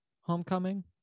Homecoming